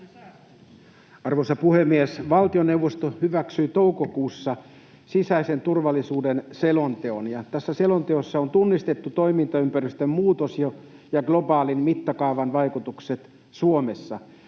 Arvoisa puhemies! Valtioneuvosto hyväksyi toukokuussa sisäisen turvallisuuden selonteon, ja tässä selonteossa on tunnistettu toimintaympäristön muutos ja globaalin mittakaavan vaikutukset Suomessa.